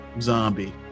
zombie